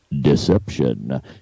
deception